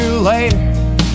Later